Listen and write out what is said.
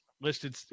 listed